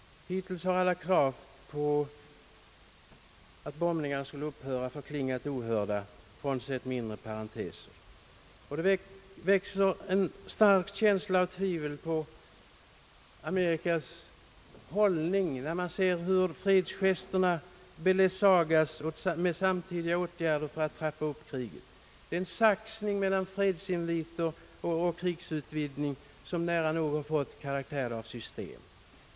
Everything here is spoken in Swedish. Hittills har alla krav på att bomb Det väcker en stark känsla av tvivel på USA:s hållning när man ser hur fredsgesterna beledsagas med samtidiga åtgärder för att trappa upp kriget. Det är en saxning mellan fredsinviter och krigsutvidgning som nära nog fått karaktär av system.